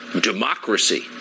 democracy